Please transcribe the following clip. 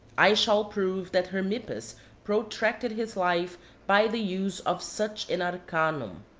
i shall prove that hermippus protracted his life by the use of such an arcanum.